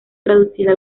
traducida